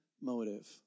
motive